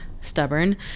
stubborn